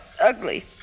ugly